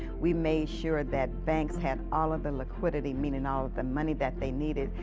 we made sure that banks had all of the liquidity meaning all of the money that they needed,